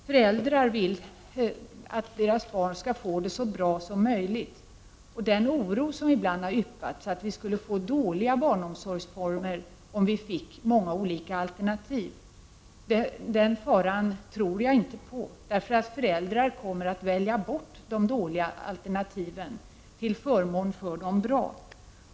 Föräldrar vill att deras barn skall få det så bra som möjligt, och den oro som ibland har yppats att vi skulle få dåliga barnomsorgsformer om vi fick många olika alternativ tror jag inte på. Föräldrar kommer att välja bort de dåliga alternativen till förmån för de goda.